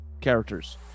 characters